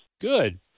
Good